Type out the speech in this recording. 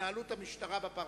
והתנהלות המשטרה בפרשה.